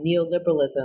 neoliberalism